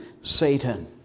Satan